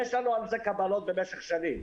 ויש לנו על זה קבלות במשך שנים.